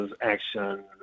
action